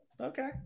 Okay